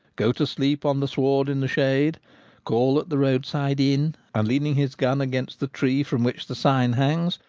go to sleep on the sward in the shade call at the roadside inn and, leaning his gun against the tree from which the sign hangs,